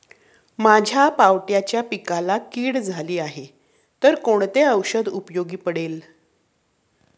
माझ्या पावट्याच्या पिकाला कीड झाली आहे तर कोणते औषध उपयोगी पडेल?